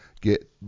get